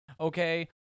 Okay